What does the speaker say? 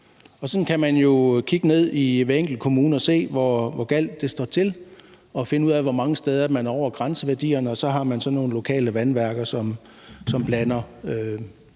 sådan kan vi jo kigge ned i hver enkelt kommune og se, hvor galt det står til, og finde ud af, hvor mange steder man er over grænseværdierne, og så har man nogle lokale vandværker, som blander